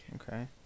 Okay